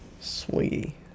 sweetie